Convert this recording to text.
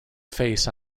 face